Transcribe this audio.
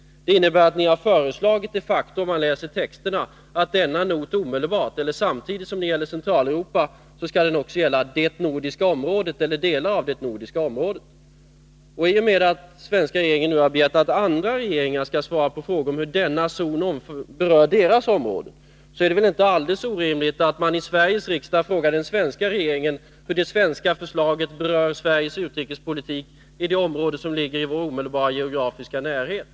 Det innebär att ni de facto — det framgår, om man läser texterna — har föreslagit att denna not samtidigt som den gäller Centraleuropa också skall gälla det nordiska området eller delar av det nordiska området. I och med att den svenska regeringen har begärt att andra regeringar skall svara på frågor om hur denna zon berör deras område, är det väl inte alldeles orimligt att man i Sveriges riksdag frågar den svenska regeringen hur det svenska förslaget berör Sveriges utrikespolitik när det gäller det område som ligger i vår omedelbara geografiska närhet.